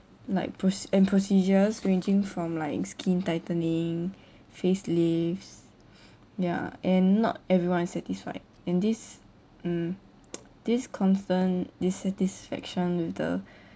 like proc~ and procedures ranging from like skin tightening face lifts ya and not everyone's satisfied and this mm this constant dissatisfaction with the